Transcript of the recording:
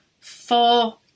four